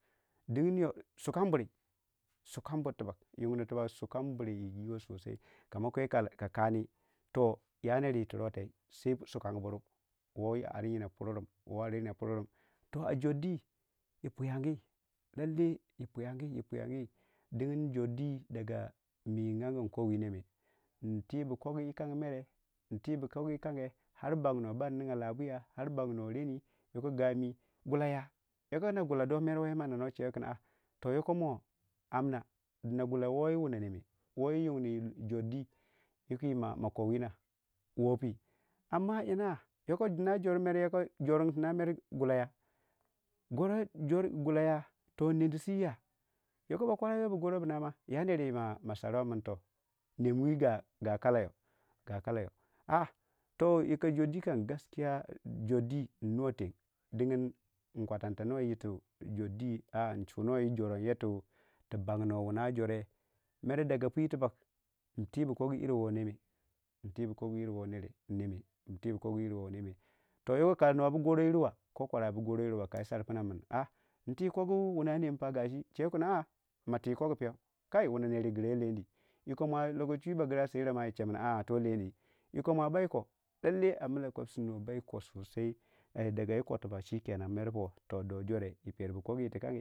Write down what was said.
Dingin yo sukan buri sukan buri tibbag yungne sukan buri yi kama kwi ka kani toh ya nerwoo tirwaltai sai sukan buru woo aryina purum woo aryina purum o a Jordi yi puiyangi allai yi puiyangi yi puiyangi dingin Jordi daga mii n'ange nko wineme ntibu kogu woo kange mere utibu kogu woo kange ar bannuwa ban ninga labuiya ar bannuwa reni yoko gami gullai ya yoko na gullai da wai na no chewai kin a'a to yoko mo amne dina gullai wooyi wuna neme wooyi yungne wu Jordi yuku ma mako wuna woopii amma yina yoko dina jor mere, jorin tuna yoko mere gullai ya garo jor gullai ya toh nedisiya yoko ba kwarayirwa a gorobuna ma yaner wu ma sarwai min toh nemwina ga kallayo ga kallayo a'a to yikka Jordi kam gaskiya Jordi nnuwa teng dingin yin kwatanta yirtin Jordi a yin chunuwai yi joronyaitu bagginnuwe wuna re mere daga pui tibbag nibu kogu yir woo neme ntibu kogu yir woo neme ntibu kogu yir woo neme to yoko ka nuwabu goro yirwa ko kwara bu goro yirwa kai sar punna min a ntikogu wuna neme pa chewai kin a'a toh leidi yukomou bai ko lallai a milla kwapsir nuwoo bai koh lalle daga yii ko tubbag chikenan merpo do jore yi perabu kogu yirti kangi.